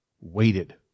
waited